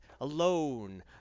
alone